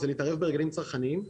זה להתערב בהרגלים צרכניים,